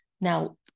Now